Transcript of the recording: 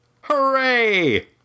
Hooray